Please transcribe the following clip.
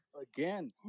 again